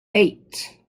eight